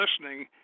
listening